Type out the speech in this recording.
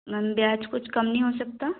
ma'am ब्याज कुछ कम नहीं हो सकता